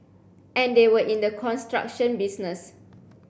and they were in the construction business